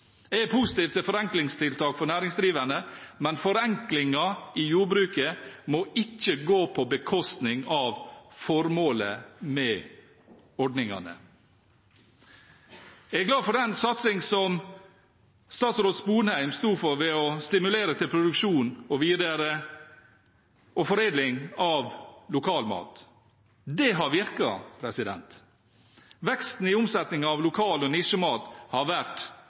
Jeg er positiv til forenklingstiltak for næringsdrivende, men forenklinger i jordbruket må ikke gå på bekostning av formålet med ordningene. Jeg er glad for den satsing som tidligere statsråd Lars Sponheim sto for ved å stimulere til produksjon og foredling av lokalmat. Det har virket. Veksten i omsetningen av lokal- og nisjemat har vært